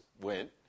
went